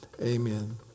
Amen